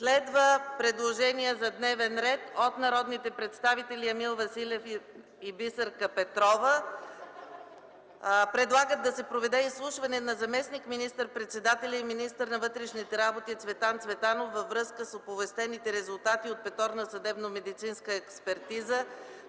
Следва предложение за дневен ред от народните представители Емил Василев и Бисерка Петрова, които предлагат да се проведе изслушване на заместник министър-председателя и министър на вътрешните работи Цветан Цветанов във връзка с оповестените резултати от петорна съдебномедицинска експертиза